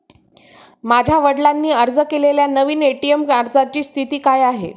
माझ्या वडिलांनी अर्ज केलेल्या नवीन ए.टी.एम अर्जाची स्थिती काय आहे?